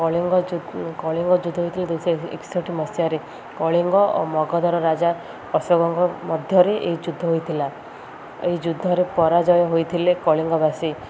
କଳିଙ୍ଗ କଳିଙ୍ଗ ଯୁଦ୍ଧ ହୋଇଥିଲେ ଦୁଇଶହ ଏକଷଠି ମସିହାରେ କଳିଙ୍ଗ ଓ ମଗଧର ରାଜା ଅଶୋକଙ୍କ ମଧ୍ୟରେ ଏହି ଯୁଦ୍ଧ ହୋଇଥିଲା ଏହି ଯୁଦ୍ଧରେ ପରାଜୟ ହୋଇଥିଲେ କଳିଙ୍ଗବାସୀ